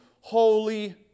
holy